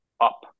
up